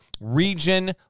region